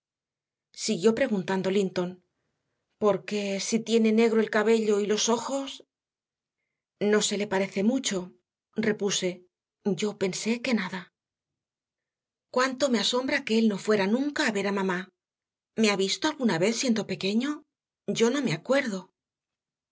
siguió preguntando linton porque si tiene negro el cabello y los ojos no se le parece mucho repuse yo pensé que nada cuánto me asombra que él no fuera nunca a ver a mamá me ha visto alguna vez siendo pequeño yo no me acuerdo